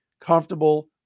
Comfortable